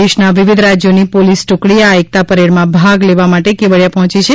દેશના વિવિધ રાજ્યોની પોલીસ ટૂકડી આ એકતા પરેડમાં ભાગ લેવા માટે કેવડીયા પહોંચી છે